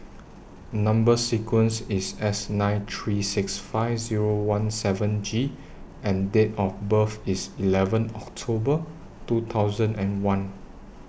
Number sequence IS S nine three six five Zero one seven G and Date of birth IS eleven October two thousand and one